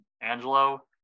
Angelo